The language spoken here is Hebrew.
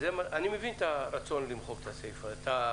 אני מבין את הרצון למחוק את הסיפא,